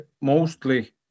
mostly